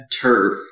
turf